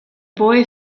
boy